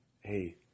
hey